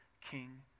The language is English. king